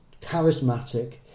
charismatic